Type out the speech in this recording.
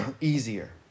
easier